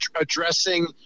addressing